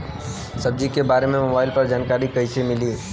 सब्जी के बारे मे मोबाइल पर जानकारी कईसे मिली?